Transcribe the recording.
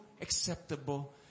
acceptable